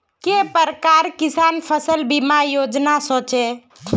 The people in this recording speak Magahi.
के प्रकार किसान फसल बीमा योजना सोचें?